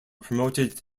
promoted